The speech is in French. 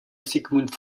sigmund